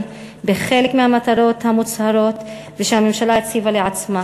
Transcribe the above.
בחלק מהמטרות המוצהרות ושהממשלה הציבה לעצמה.